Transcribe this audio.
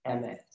ms